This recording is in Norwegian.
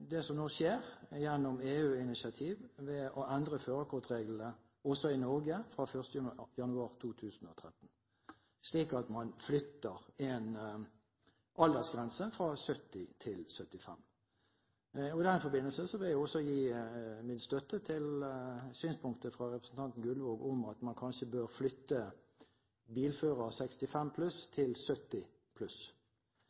det som nå skjer gjennom EU-initiativ, ved å endre førerkortreglene også i Norge fra 1. januar 2013, slik at man flytter en aldersgrense fra 70 til 75. I den forbindelse vil jeg også gi min støtte til synspunktet fra representanten Gullvåg om at man kanskje bør flytte «Bilfører 65